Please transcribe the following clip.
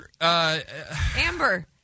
Amber